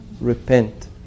Repent